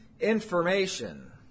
information